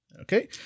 Okay